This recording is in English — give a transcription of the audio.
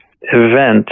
event